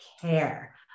care